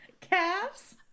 calves